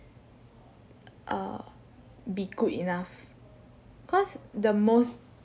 err be good enough cause the most